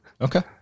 Okay